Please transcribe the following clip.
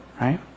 right